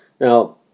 Now